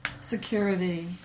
Security